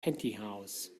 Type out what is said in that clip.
pantyhose